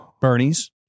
Bernie's